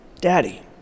daddy